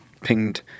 pinged